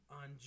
on